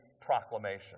proclamation